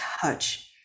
touch